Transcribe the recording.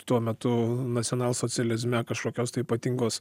tuo metu nacionalsocializme kažkokios tai ypatingos